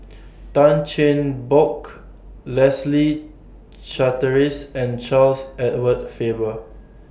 Tan Cheng Bock Leslie Charteris and Charles Edward Faber